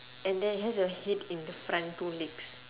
and then it has a head in the front two legs